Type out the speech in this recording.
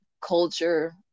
culture